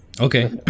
okay